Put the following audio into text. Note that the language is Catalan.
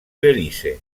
belize